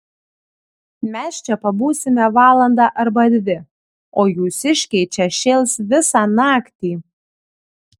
mes čia pabūsime valandą arba dvi o jūsiškiai čia šėls visą naktį